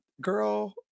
Girl